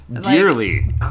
dearly